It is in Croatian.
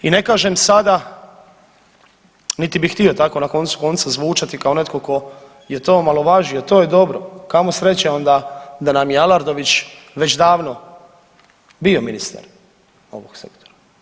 I ne kažem sada niti bih htio tako na koncu konca zvučati kao netko tko je to omalovažio, to je dobro, kamo sreće onda da nam je Aladrović već davno bio ministar ovog sektora.